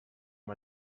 amb